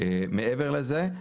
מעבר לזה,